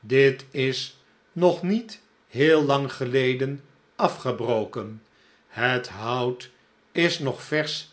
dit is nog niet heel lang geleden afgebroken het hout is nog versch